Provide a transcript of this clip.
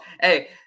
hey